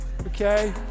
okay